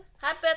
Happy